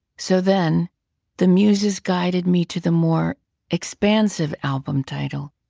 so then the muses guided me to the more expansive album title,